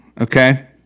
Okay